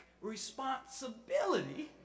responsibility